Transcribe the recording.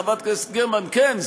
חברת הכנסת גרמן: כן,